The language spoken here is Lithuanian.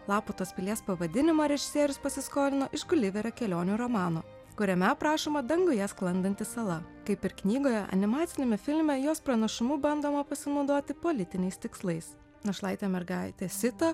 laputos pilies pavadinimą režisierius pasiskolino iš guliverio kelionių romano kuriame aprašoma danguje sklandanti sala kaip ir knygoje animaciniame filme jos pranašumu bandoma pasinaudoti politiniais tikslais našlaitė mergaitė sita